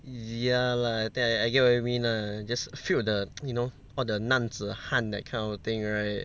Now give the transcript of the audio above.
yeah lah I think I get what you mean lah I just feel the you know all the 男子汉 that kind of thing right